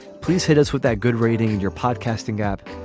please hit us with that good rating and your podcasting app.